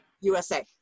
USA